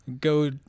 go